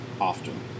Often